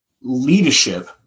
leadership